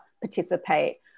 participate